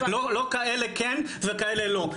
לא כאלה כן וכאלה לא.